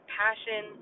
passion